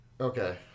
Okay